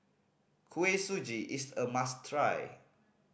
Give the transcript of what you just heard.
Kuih Suji is a must try